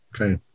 Okay